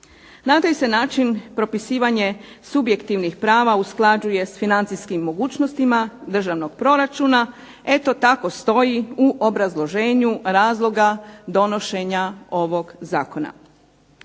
Na taj se način propisivanje subjektivnih prava usklađuje s financijskim mogućnostima državnog proračuna, eto tako stoji u obrazloženju razloga donošenja ovog zakona.